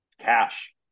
cash